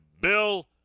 Bill